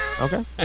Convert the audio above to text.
Okay